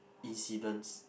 incidents